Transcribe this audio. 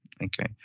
okay